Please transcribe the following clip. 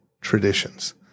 traditions—